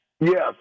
Yes